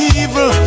evil